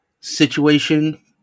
situation